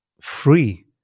free